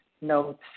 notes